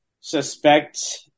suspect